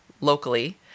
locally